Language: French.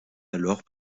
alors